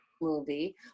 movie